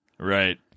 Right